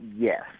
yes